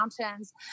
mountains